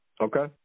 Okay